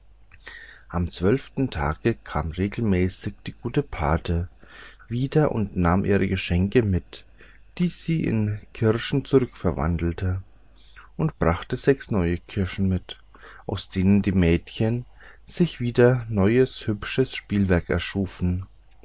am zwölften tage kam regelmäßig die gute pate wieder und nahm ihre geschenke mit die sie in kirschen zurückverwandelte und brachte sechs neue kirschen mit aus denen die mädchen sich wieder neues hübsches spielwerk erschufen